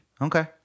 Okay